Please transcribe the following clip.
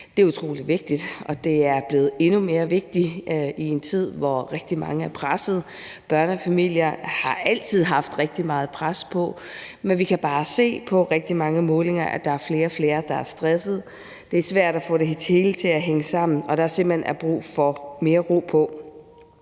Det er utrolig vigtigt, og det er blevet endnu vigtigere i en tid, hvor rigtig mange er pressede. Børnefamilier har altid haft rigtig meget pres på, men vi kan bare se på rigtig mange målinger, at der er flere og flere, der er stressede. Det er svært at få det hele til at hænge sammen, og der er simpelt hen brug for mere ro på.